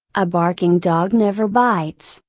a barking dog never bites,